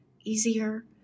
easier